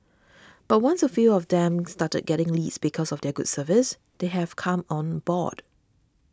but once a few of them started getting leads because of their good service they have come on board